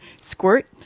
Squirt